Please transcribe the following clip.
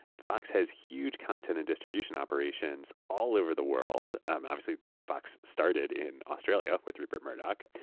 fox has huge content and distribution operations all over the world. um obviously, fox started in australia with rupert murdoch,